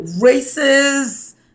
races